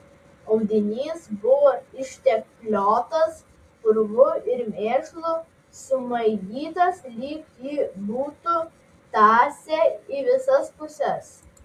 audinys buvo ištepliotas purvu ir mėšlu sumaigytas lyg jį būtų tąsę į visas puses